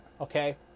okay